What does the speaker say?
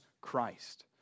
Christ